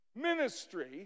ministry